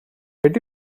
betty